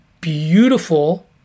beautiful